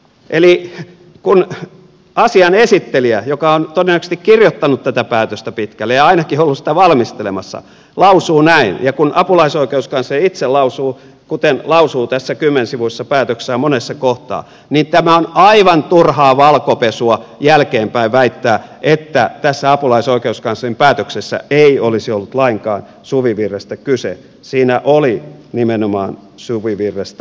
eli kun asian esittelijä joka on todennäköisesti kirjoittanut tätä päätöstä pitkälle ja ainakin ollut sitä valmistelemassa lausuu näin ja kun apulaisoikeuskansleri itse lausuu kuten lausuu tässä kymmensivuisessa päätöksessään monessa kohtaa niin tämä on aivan turhaa valkopesua jälkeenpäin väittää että tässä apulaisoikeuskanslerin päätöksessä ei olisi ollut lainkaan suvivirrestä kyse ei siinä oli nimenomaan suvivirrestä